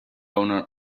owner